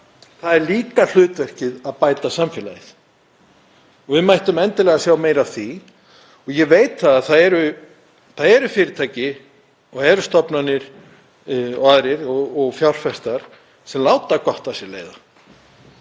það er líka hlutverkið að bæta samfélagið og við mættum endilega sjá meira af því. Ég veit að það eru fyrirtæki, það eru stofnanir og fjárfestar sem láta gott af sér leiða